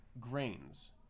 grains